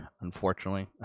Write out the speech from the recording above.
unfortunately